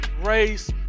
race